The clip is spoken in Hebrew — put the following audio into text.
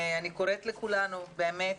אני קוראת לכולנו באמת,